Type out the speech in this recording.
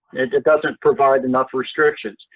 it doesn't provide enough restrictions.